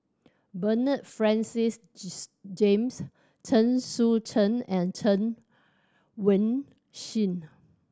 Bernard Francis James Chen Sucheng and Chen Wen Hsi